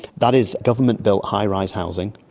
that is government-built high-rise housing,